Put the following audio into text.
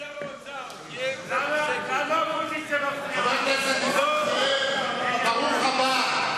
חבר הכנסת נסים זאב, ברוך הבא,